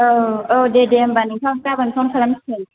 औ औ दे दे होनबा नोंथां गाबोन फन खालामसिगोन